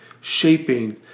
shaping